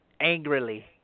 angrily